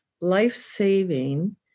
life-saving